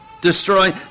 Destroy